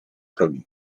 progi